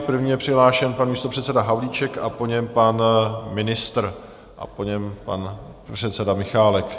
První je přihlášen pan místopředseda Havlíček, po něm pan ministr a po něm pan předseda Michálek.